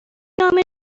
نام